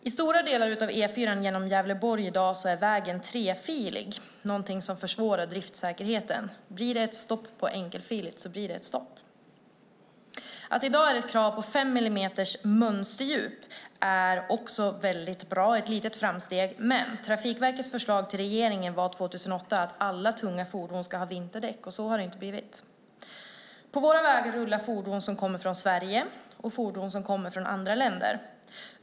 På stora delar av E4:an genom Gävleborg är vägen trefilig, vilket försvårar driftsäkerheten. Om det blir ett stopp där det är enkelfiligt blir det stopp. Att det i dag är krav på fem millimeters mönsterdjup är också bra. Det är ett litet framsteg. Trafikverkets förslag till regeringen år 2008 var att alla tunga fordon ska ha vinterdäck. Så har det inte blivit. På våra vägar rullar fordon som kommer från Sverige och fordon som kommer från andra länder.